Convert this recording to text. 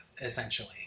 essentially